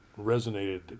resonated